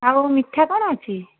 ଆଉ ମିଠା କ'ଣ ଅଛି